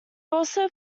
also